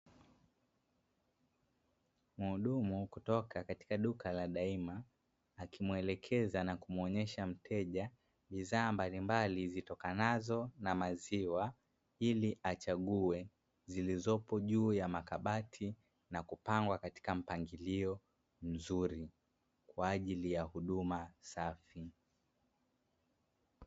Mhudumu kutoka katika duka la "daima", akimwelekeza na kumuonesha mteja bidhaa mbalimbali zitokanazo na maziwa, ili achague zilizopo juu ya makabati na kupangwa katika mpangilio mzuri, kwa ajili ya huduma safi.